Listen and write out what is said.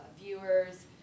viewers